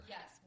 Yes